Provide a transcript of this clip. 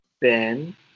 Ben